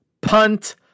punt